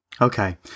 Okay